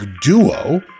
duo